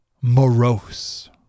morose